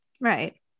right